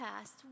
past